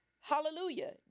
hallelujah